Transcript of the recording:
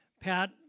Pat